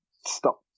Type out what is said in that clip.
stop